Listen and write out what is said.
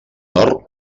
nord